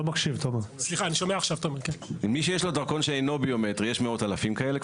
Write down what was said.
ויש מאות אלפים כאלה,